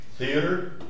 theater